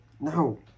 No